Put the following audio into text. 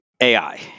AI